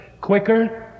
quicker